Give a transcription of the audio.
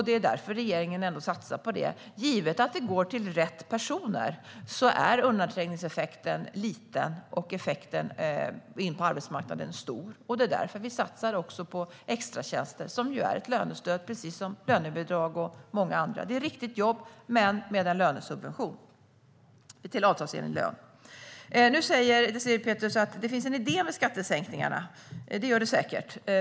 Det är därför som regeringen ändå satsar på det. Givet att lönestödet går till rätt personer är undanträngningseffekten liten och effekten stor när det gäller att komma in på arbetsmarknaden. Det är därför som vi också satsar på extratjänster, som är ett lönestöd precis som lönebidrag och mycket annat. Men det är riktiga jobb till avtalsenliga löner men med en lönesubvention. Nu säger Désirée Pethrus att det finns en idé med skattesänkningar. Det gör det säkert.